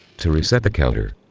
to reset the counter,